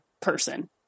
person